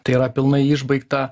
tai yra pilnai išbaigtą